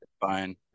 fine